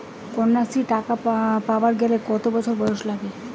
কন্যাশ্রী টাকা পাবার গেলে কতো বছর বয়স লাগে?